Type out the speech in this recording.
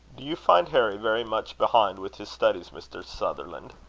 do you find harry very much behind with his studies, mr. sutherland?